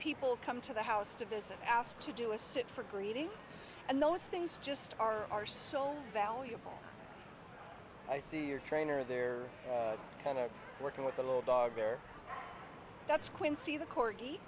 people come to the house to visit ask to do a sit for greedy and those things just are are so valuable i see your trainer their color working with the little dog there that's quincy the cor